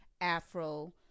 afro